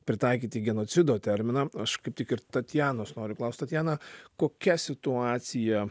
pritaikyti genocido terminą aš kaip tik ir tatjanos noriu klaust tatjana kokia situacija